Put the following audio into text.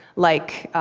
like,